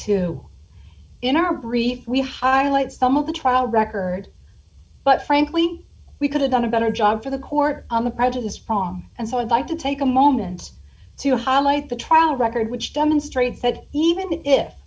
to in our brief we highlight some of the trial record but frankly we could have done a better job for the court on the prejudice prong and so i'd like to take a moment to highlight the trial record which demonstrates that even if